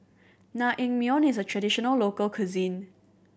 naengmyeon is a traditional local cuisine